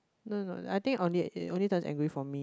no no no I think it only turn angry for me